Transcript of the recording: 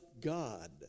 God